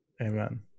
amen